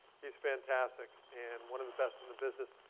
he's fantastic and one of the best in the business.